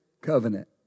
covenant